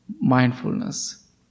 mindfulness